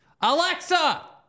Alexa